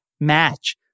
match